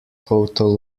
hotel